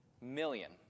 million